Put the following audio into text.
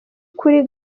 kuri